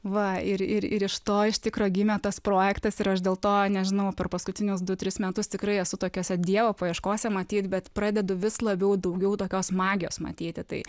va ir ir ir iš to iš tikro gimė tas projektas ir aš dėl to nežinau per paskutinius du tris metus tikrai esu tokiose dievo paieškose matyt bet pradedu vis labiau daugiau tokios magijos matyti tai